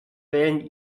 wählen